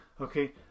okay